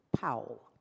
Powell